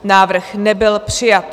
Návrh nebyl přijat.